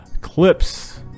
Clips